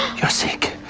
you're sick,